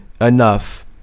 enough